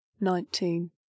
Nineteen